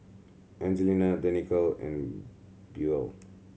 Angelia Danika and Buell